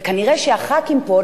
וכנראה חברי הכנסת פה,